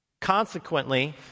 Consequently